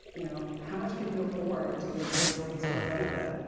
you know, how much can you afford to give your employees for a benefit?